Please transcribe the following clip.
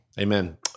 amen